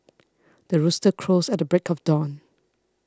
the rooster crows at the break of dawn